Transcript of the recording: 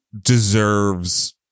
deserves